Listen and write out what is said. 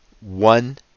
one